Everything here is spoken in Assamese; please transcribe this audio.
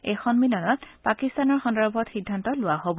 এই সন্মিলনত পাকিস্তানৰ সন্দৰ্ভত সিদ্ধান্ত লোৱা হ'ব